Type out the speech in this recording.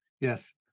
Yes